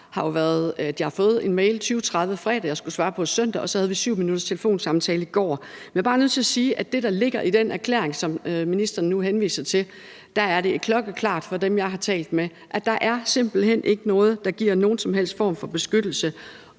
jeg har fået en e-mail kl. 20.30 fredag, som jeg skulle svare på søndag, og så havde vi 7 minutters telefonsamtale i går. Jeg er bare nødt til at sige, at med det, der ligger i den erklæring, som ministeren nu henviser til, er det klokkeklart for dem, jeg har talt med, at der simpelt hen ikke er noget, der giver nogen som helst form for beskyttelse.